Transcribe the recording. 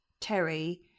Terry